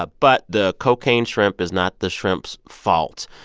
ah but the cocaine shrimp is not the shrimps' fault.